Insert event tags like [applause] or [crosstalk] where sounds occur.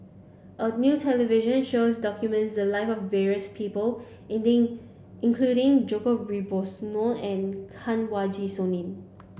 a new television shows documented the live of various people [unintelligible] including Djoko Wibisono and Kanwaljit Soin